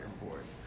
important